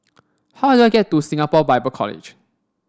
how do I get to Singapore Bible College